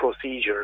procedures